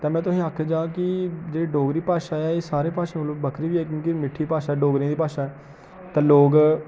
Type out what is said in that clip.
ते में तुसें गी आखगा कि जेह्ड़ी डोगरी भाशा ऐ एह् सारियें भाशां कोला बक्खरी बी ऐ कि जे इक मिट्ठी भाशा ऐ ते डोगरें दी भाशा ऐ ते लोक